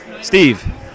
Steve